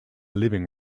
living